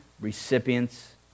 recipients